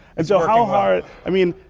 and so how hard i mean,